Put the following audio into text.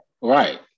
right